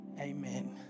Amen